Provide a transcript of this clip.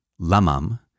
Lamam